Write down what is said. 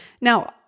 Now